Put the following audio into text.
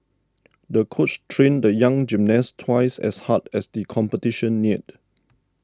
the coach trained the young gymnast twice as hard as the competition neared